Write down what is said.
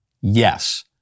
Yes